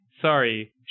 sorry